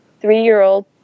three-year-old